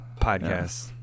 podcast